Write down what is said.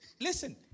listen